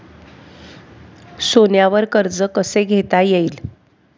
सोन्यावर कर्ज कसे घेता येईल?